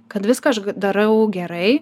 kad viską darau gerai